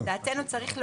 לדעתנו,